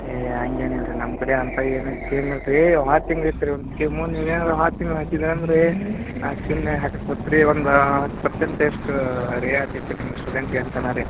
ಏಯ್ ಹಂಗೇನ್ ಇಲ್ಲಾರಿ ನಮ್ಮ ಕಡೆ ಅಂಥ ಏನು ಸ್ಕೀಮ್ ಇಲ್ಲಾರೀ ಹೋದ ತಿಂಗ್ಳು ಇತ್ತು ರೀ ಒಂದು ಸ್ಕೀಮು ನೀವು ಏನಾರೂ ಹೋದ ತಿಂಗ್ಳು ಹಾಕಿದ್ರೆ ಅನ್ನಿರಿ ಆ ಸ್ಕೀಮ್ನಾಗ್ ಹಾಕಕ್ಕೆ ಬರ್ತೆ ರೀ ಒಂದು ಹತ್ತು ಪೆರ್ಸೆಂಟ್ ಅಷ್ಟು ರಿಯಾಯಿತಿ ಇತ್ತು ನಿಮ್ಗೆ ಸ್ಟೂಡೆಂಟ್ಗೆ ಅಂತಾನೆ ರೀ